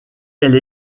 elle